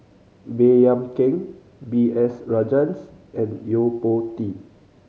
Baey Yam Keng B S Rajhans and Yo Po Tee